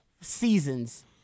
seasons